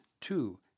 two